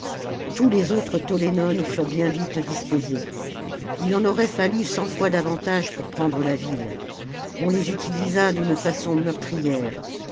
tous les autres tollénones furent bien vite disposés il en aurait fallu cent fois davantage pour prendre la ville on les utilisa d'une façon meurtrière